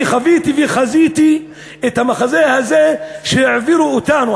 אני חוויתי וחזיתי את המחזה הזה, שהעבירו אותנו.